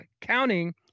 counting